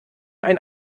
ein